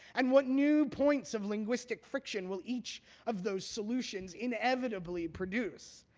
and what new points of linguistic friction will each of those solutions inevitably produce?